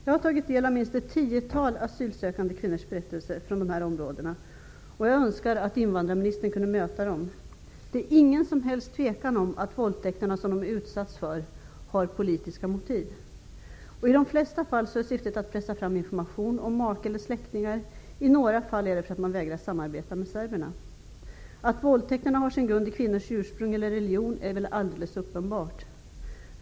Jag har tagit del av minst ett tiotal asylsökande kvinnors berättelser från dessa områden. Jag önskar att invandrarministern kunde möta dessa kvinnor. Det råder inget som helst tvivel om att de våldtäkter som de har utsatts för har politiska motiv. I de flesta fall är syftet att pressa fram information om make eller släktingar. I några fall är det för att de vägrar att samarbeta med serberna. Att våldtäkterna har sin grund i kvinnors ursprung eller religion är väl alldeles uppenbart.